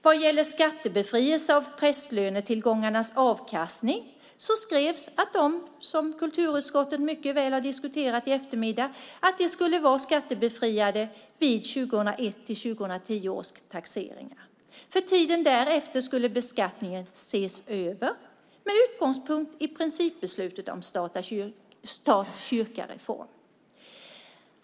Vad gäller skattebefrielse av prästlönetillgångarnas avkastning skrevs att de, som kulturutskottet mycket väl har diskuterat i eftermiddag, skulle vara skattebefriade vid 2001-2010 års taxeringar. För tiden därefter skulle beskattningen ses över med utgångspunkt i principbeslutet om stat-kyrka-reformen.